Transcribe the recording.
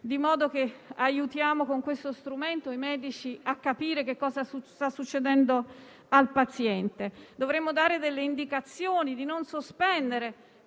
di modo che con questo strumento aiutiamo i medici a capire che cosa sta succedendo al paziente. Dovremmo dare le indicazioni di non sospendere